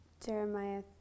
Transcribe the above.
Jeremiah